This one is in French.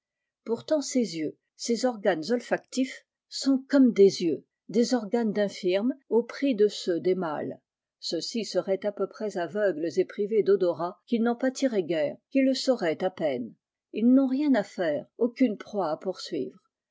pourtant ses yeux ses organes olfactifs sont comme des yeux des organes d'infirme au prix de ceux des mâles ceux-ci seraient à peu près aveugles et privés d'odorat qu'ils n'en pâtiraient guère qu'ils le sauraient à peine ils n'ont rien à faire aucune proie à poursuivre